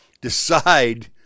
Decide